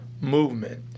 movement